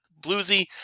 bluesy